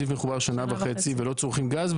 זיו מחובר שנה וחציי והם לא צורכים גז,